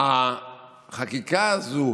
החקיקה הזאת